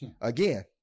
again